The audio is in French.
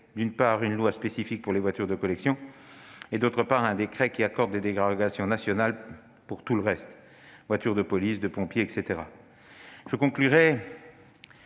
d'une part, une loi spécifique pour les voitures de collection et, d'autre part, un décret qui accorde des dérogations nationales pour tous les autres véhicules, voitures de police, de pompiers, etc. Je conclurai